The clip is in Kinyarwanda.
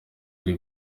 ari